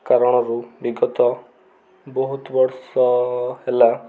କାରଣରୁ ବିଗତ ବହୁତ ବର୍ଷ ହେଲା